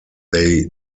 they